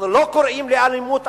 אנחנו לא קוראים לאלימות,